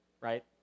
right